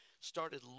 started